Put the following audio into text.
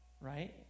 right